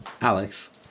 Alex